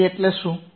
C એટલે શું